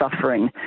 suffering